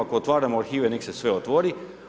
Ako otvaramo arhive nek' se sve otvori.